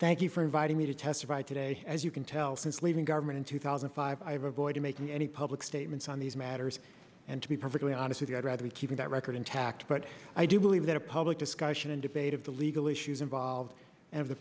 thank you for inviting me to testify today as you can tell since leaving government in two thousand and five i have avoided making any public statements on these matters and to be perfectly honest with you i'd rather we keep that record intact but i do believe that a public discussion and debate of the legal issues involved and the